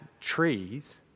trees